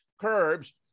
curbs